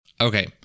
Okay